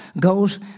goes